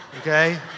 Okay